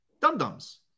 dum-dums